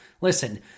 Listen